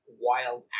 wild